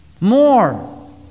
More